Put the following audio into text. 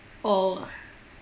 oh